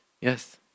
Yes